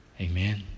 Amen